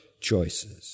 choices